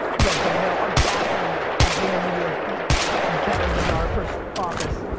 you guys don't know. our bathroom at vaynermedia's better than our first office.